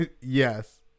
Yes